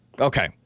okay